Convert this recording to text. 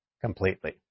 completely